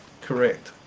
correct